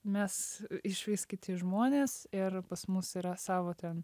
mes išvis kiti žmonės ir pas mus yra savo ten